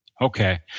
Okay